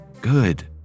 Good